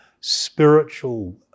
spiritual